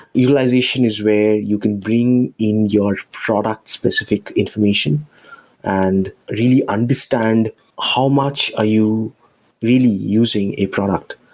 utilization is where you can bring in your product-specific information and really understand how much are you really using a product.